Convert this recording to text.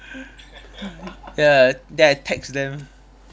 ya then I tax them